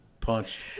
punched